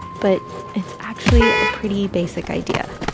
but it's actually a pretty basic idea.